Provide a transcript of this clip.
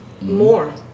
more